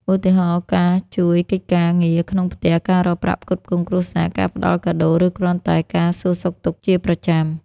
ឧទាហរណ៍ ការជួយកិច្ចការងារក្នុងផ្ទះ ការរកប្រាក់ផ្គត់ផ្គង់គ្រួសារ ការផ្ដល់កាដូ ឬគ្រាន់តែការសួរសុខទុក្ខជាប្រចាំ។